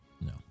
No